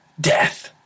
death